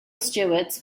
stewards